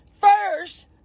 First